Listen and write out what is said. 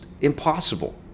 impossible